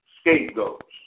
scapegoats